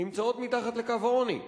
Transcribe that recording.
נמצאות מתחת לקו העוני.